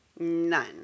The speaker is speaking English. None